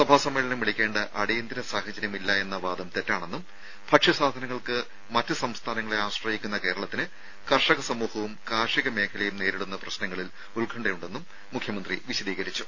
സഭാ സമ്മേളനം വിളിക്കേണ്ട അടിയന്തര സാഹചര്യം ഇല്ല എന്ന വാദം തെറ്റാണെന്നും ഭക്ഷ്യസാധനങ്ങൾക്ക് മറ്റ് സംസ്ഥാനങ്ങളെ ആശ്രയിക്കുന്ന കേരളത്തിന് കർഷക സമൂഹവും കാർഷിക മേഖലയും നേരിടുന്ന പ്രശ്നങ്ങളിൽ ഉൽക്കണ്ഠയുണ്ടെന്നും മുഖ്യമന്ത്രി വിശദീകരിച്ചു